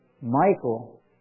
Michael